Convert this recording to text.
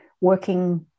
working